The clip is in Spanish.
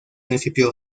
principio